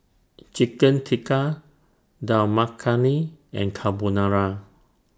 Chicken Tikka Dal Makhani and Carbonara